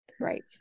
Right